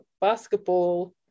basketball